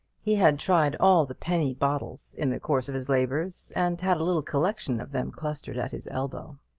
he had tried all the penny bottles in the course of his labours, and had a little collection of them clustered at his elbow.